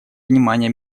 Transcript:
внимания